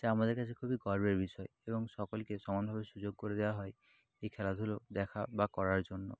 যা আমাদের কাছে খুবই গর্বের বিষয় এবং সকলকে সমানভাবে সুযোগ করে দেওয়া হয় এই খেলাধুলো দেখা বা করার জন্য